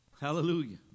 Hallelujah